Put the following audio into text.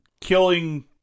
killing